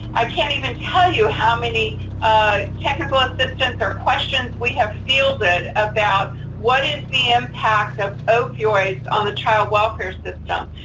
i can't even tell you how many ah technical assistance or questions we have fielded about what is the impact of opioids on the child welfare system.